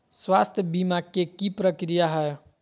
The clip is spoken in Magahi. स्वास्थ बीमा के की प्रक्रिया है?